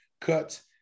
cuts